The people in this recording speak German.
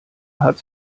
hat